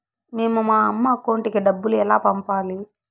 మేము మా అమ్మ అకౌంట్ కి డబ్బులు ఎలా పంపాలి